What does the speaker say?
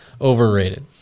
overrated